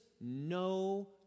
no